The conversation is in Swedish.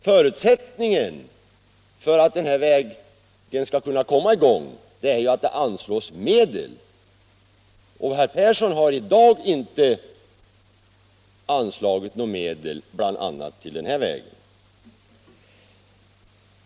Förutsättningen för att den här vägen skall kunna komma i gång är att det anslås medel, och utskottet har inte heller nu anvisat medel till den här vägen.